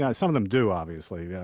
yeah some of them do, obviously. yeah